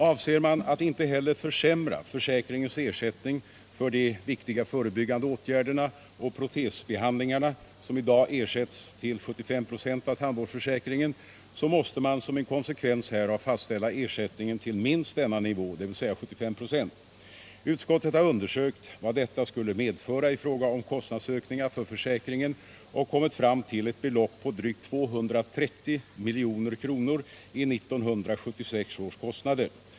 Avser man att inte heller försämra försäkringens ersättning för de viktiga förebyggande åtgärderna och protesbehandlingarna, som i dag ersätts till 75 926 av tandvårdsförsäkringen, så måste man som en konsekvens härav fastställa ersättningen till minst denna nivå, dvs. 75 96. Utskottet har undersökt vad detta skulle medföra i fråga om kostnadsökningar för försäkringen och kommit fram till ett belopp på drygt 230 milj.kr. i 1976 års kostnader.